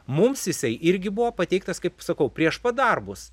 mums jisai irgi buvo pateiktas kaip sakau prieš pat darbus